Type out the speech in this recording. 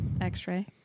x-ray